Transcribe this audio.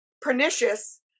pernicious